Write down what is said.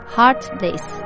Heartless 》